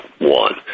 one